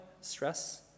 stress